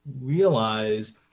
realize